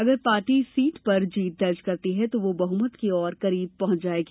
अगर पार्टी इस सीट पर जीत दर्ज करती है तो वो बहमत के और करीब पहुंच जायेगी